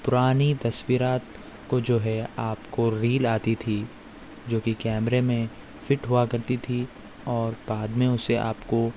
پرانی تصویرات کو جو ہے آپ کو ریل آتی تھی جو کہ کیمرے میں فٹ ہوا کرتی تھی اور بعد میں اسے آپ کو